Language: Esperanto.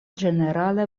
ĝenerale